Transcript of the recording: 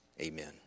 Amen